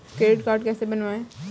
Credit card कैसे बनवाएँ?